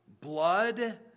blood